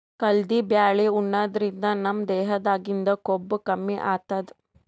ಕಲ್ದಿ ಬ್ಯಾಳಿ ಉಣಾದ್ರಿನ್ದ ನಮ್ ದೇಹದಾಗಿಂದ್ ಕೊಬ್ಬ ಕಮ್ಮಿ ಆತದ್